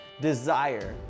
desire